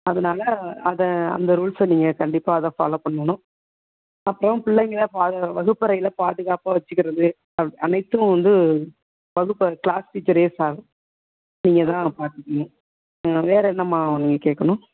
அதனால அதை அந்த ரூல்ஸை நீங்கள் கண்டிப்பாக அதை ஃபாலோவ் பண்ணணும் அப்புறம் பிள்ளைங்கள பாது வகுப்பறையில் பாதுகாப்பாக வச்சுக்கிறது அனைத்தும் வந்து வகுப்பை க்ளாஸ் டீச்சரையே சாரும் நீங்கள்தான் பார்த்துக்கணும் வேறு என்னம்மா நீங்கள் கேட்கணும்